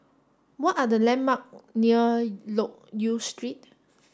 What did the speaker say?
what are the landmarks near Loke Yew Street